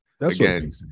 again